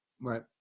Right